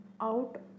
out